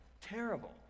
terrible